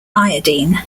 iodine